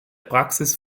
praxis